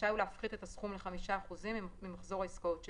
רשאי הוא להפחית את הסכום ל-5% במחזורממחזור העסקאות שלו.